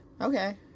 Okay